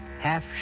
half